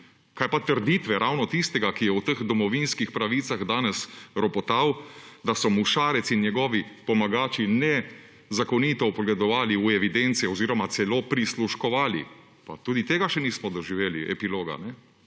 Kaj pa trditve ravno tistega, ki je v teh domovinskih pravicah danes ropotal, da so mu Šarec in njegovi pomagači nezakonito vpogledovali v evidence oziroma celo prisluškovali, pa tudi tega še nismo doživeli. Epiloga. Vse